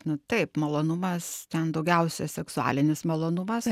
na taip malonumas ten daugiausia seksualinis malonumas